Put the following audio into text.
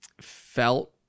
felt